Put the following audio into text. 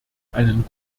einen